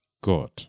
God